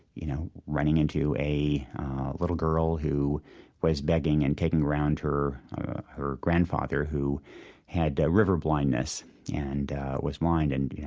you know, running into a little girl who was begging and taking around her her grandfather who had river blindness and was blind. and yeah